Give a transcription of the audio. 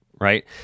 right